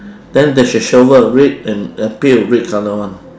then there's a shovel red and and a bit of red colour [one]